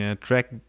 track